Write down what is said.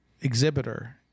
exhibitor